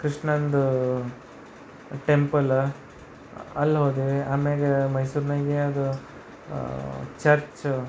ಕೃಷ್ಣಂದು temple ಅಲ್ಲಿ ಹೋದ್ವಿ ಆಮೇಲೆ ಮೈಸೂರಿನಾಗೆ ಅದು ಚರ್ಚ್